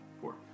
Four